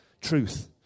Truth